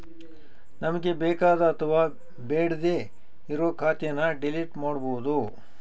ನಮ್ಗೆ ಬೇಕಾದ ಅಥವಾ ಬೇಡ್ಡೆ ಇರೋ ಖಾತೆನ ಡಿಲೀಟ್ ಮಾಡ್ಬೋದು